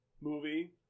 movie